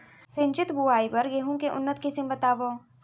सिंचित बोआई बर गेहूँ के उन्नत किसिम बतावव?